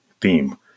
theme